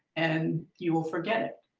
and you will forget it.